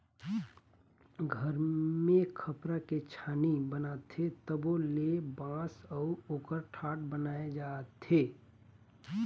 घर मे खपरा के छानी बनाथे तबो ले बांस अउ ओकर ठाठ बनाये जाथे